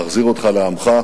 להחזיר אותך לעמך,